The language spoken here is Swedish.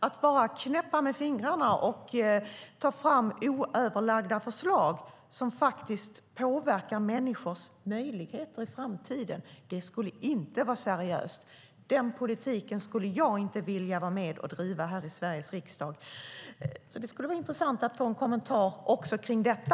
Att bara knäppa med fingrarna och ta fram oöverlagda förslag, som faktiskt påverkar människors möjligheter i framtiden, skulle inte vara seriöst. Den politiken skulle jag inte vilja vara med och driva här i Sveriges riksdag. Det skulle vara intressant att få en kommentar också till detta.